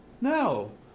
No